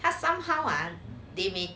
他 somehow ah they may